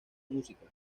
música